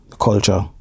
culture